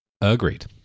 agreed